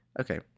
okay